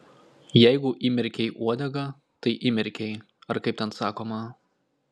jeigu įmerkei uodegą tai įmerkei ar kaip ten sakoma